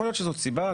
יכול להיות שזאת סיבה,